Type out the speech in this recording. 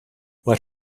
let